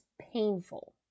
painful